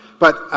but